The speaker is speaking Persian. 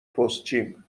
پستچیم